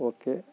okay